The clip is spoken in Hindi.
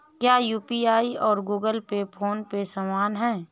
क्या यू.पी.आई और गूगल पे फोन पे समान हैं?